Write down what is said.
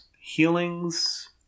healings